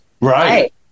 right